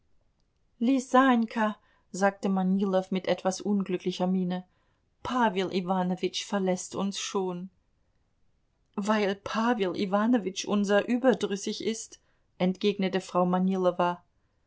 lisanjka sagte manilow mit etwas unglücklicher miene pawel iwanowitsch verläßt uns schon weil pawel iwanowitsch unser überdrüssig ist entgegnete frau manilowa